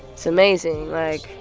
it's amazing. like,